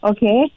Okay